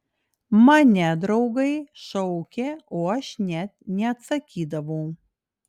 mane draugai šaukė o aš net neatsakydavau